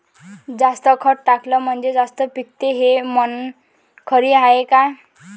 जास्त खत टाकलं म्हनजे जास्त पिकते हे म्हन खरी हाये का?